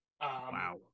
Wow